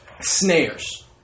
snares